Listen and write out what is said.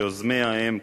שיוזמיה הם,